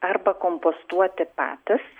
arba kompostuoti patys